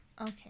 Okay